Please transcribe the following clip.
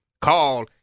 call